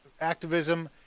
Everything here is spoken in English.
activism